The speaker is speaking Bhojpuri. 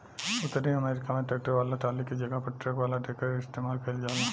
उतरी अमेरिका में ट्रैक्टर वाला टाली के जगह पर ट्रक वाला डेकर इस्तेमाल कईल जाला